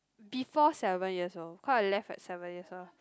before seven years old cause I left at seven years old